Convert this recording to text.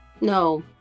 No